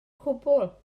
cwbl